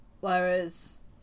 Whereas